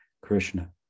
Krishna